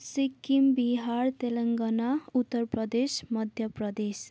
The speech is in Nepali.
सिक्किम बिहार तेलङ्गना उत्तर प्रदेश मध्य प्रदेश